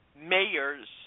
mayors